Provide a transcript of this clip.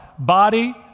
body